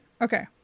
okay